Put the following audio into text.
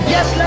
Yes